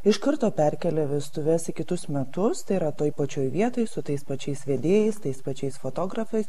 iš karto perkelia vestuves į kitus metus tai yra toj pačioj vietoj su tais pačiais vedėjais tais pačiais fotografais